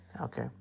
Okay